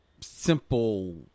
simple